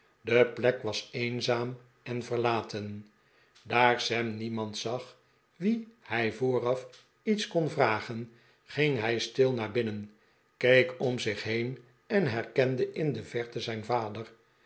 de plek was eenzaam en verlaten daar sam niemand zag wien hij vooraf iets kon vragen ging hij stil naar binnen keek om zich heen en herkende in de verte zijn vader